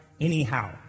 anyhow